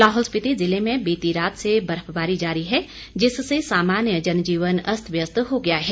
लाहौल स्पीति जिले में बीती रात से बर्फबारी जारी है जिससे सामान्य जनजीवन अस्त व्यस्त हो गया है